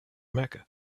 mecca